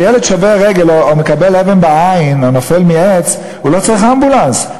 כשילד שובר רגל או מקבל אבן בעין או נופל מעץ הוא לא צריך אמבולנס,